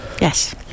yes